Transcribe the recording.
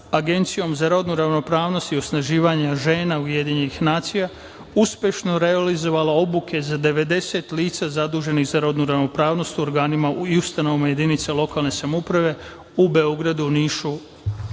agencijom za rodnu ravnopravnost i osnaživanje žena UN uspešno realizovalo obuke za 90 lica zaduženih za rodnu ravnopravnost u organima i ustanovama jedinica lokalne samouprave u Beogradu, Nišu